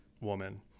woman